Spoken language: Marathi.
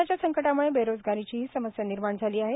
कोरोनाच्या संकटाम्ळे बेरोजगारीचीही समस्या निर्माण झाली आहे